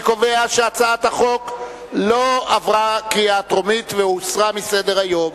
אני קובע שהצעת החוק לא עברה בקריאה טרומית והוסרה מסדר-היום.